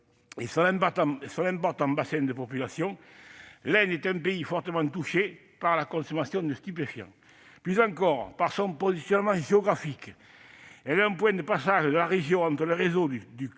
et son important bassin de population, elle est fortement touchée par la consommation de stupéfiants. Plus encore, par son positionnement géographique, elle est un point de passage, dans la région, entre les réseaux du croissant